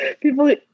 People